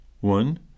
one